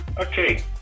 okay